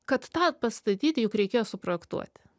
kad tą pastatyti juk reikėjo suprojektuoti